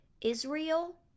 Israel